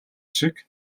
шиг